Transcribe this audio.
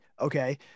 Okay